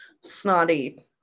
snotty